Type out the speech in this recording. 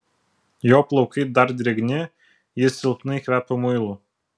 jo plaukai dar drėgni jis silpnai kvepia muilu